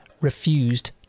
refused